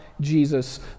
Jesus